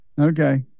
Okay